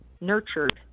nurtured